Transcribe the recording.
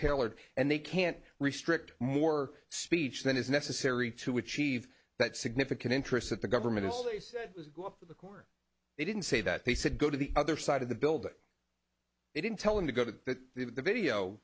tailored and they can't restrict more speech than is necessary to achieve that significant interest that the government has the court they didn't say that they said go to the other side of the building they didn't tell him to go to the video